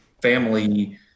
family